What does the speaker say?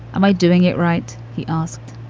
am i doing it right? he asked.